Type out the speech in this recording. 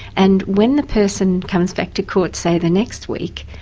and when the person comes back to court, say, the next week,